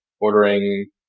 ordering